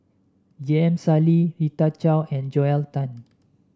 J M Sali Rita Chao and Joel Tan